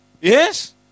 Yes